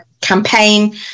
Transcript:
campaign